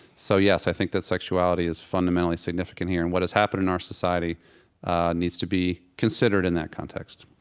so yes, i think that the sexuality is fundamentally significant here. and what has happened in our society needs to be considered in that context